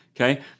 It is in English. okay